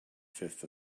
fifth